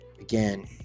again